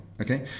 okay